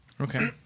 Okay